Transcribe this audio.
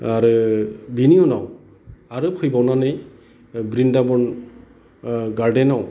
आरो बेनि उनाव आरो फैबावनानै ब्रिन्दाबन गारदेनाव